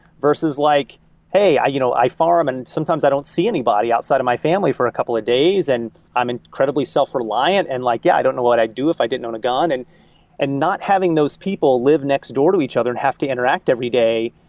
versus like hey, i you know i farm and sometimes i don't see anybody outside of my family for a couple of days, and i'm incredibly self-reliant. and like yeah, i don't know what i'd do if i didn't own a gun. and and not having those people live next door to each other and have to interact every day,